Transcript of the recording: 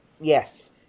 Yes